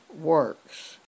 works